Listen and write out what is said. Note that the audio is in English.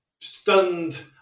stunned